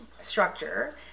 structure